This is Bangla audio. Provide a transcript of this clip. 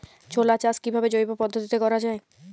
ছোলা চাষ কিভাবে জৈব পদ্ধতিতে করা যায়?